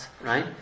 right